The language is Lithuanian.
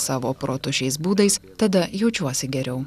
savo protu šiais būdais tada jaučiuosi geriau